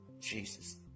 Jesus